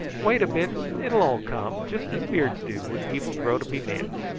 wait a bit and it will all come, just as beards do when people grow to be men.